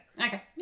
Okay